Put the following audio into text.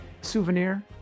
souvenir